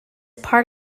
part